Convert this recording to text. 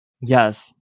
yes